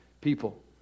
people